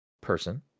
person